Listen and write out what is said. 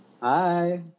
Hi